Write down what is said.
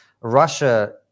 Russia